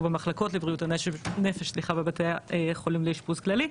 או במחלקות לבריאות הנפש בבתי החולים לאשפוז כללי,